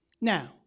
Now